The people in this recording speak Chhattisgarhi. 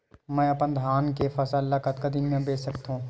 मैं अपन धान के फसल ल कतका दिन म बेच सकथो?